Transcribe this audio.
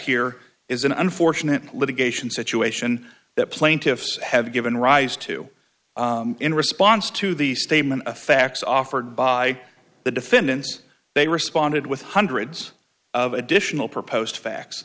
here is an unfortunate litigation situation that plaintiffs have given rise to in response to the statement of facts offered by the defendants they responded with hundreds of additional proposed facts